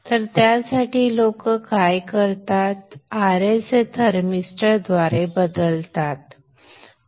तर त्यासाठी लोक काय करतात Rs हे थर्मिस्टर द्वारे बदलतात